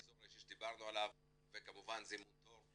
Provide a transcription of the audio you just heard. האזור האישי שדיברנו עליו וכמובן זימון תור.